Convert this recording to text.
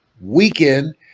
weekend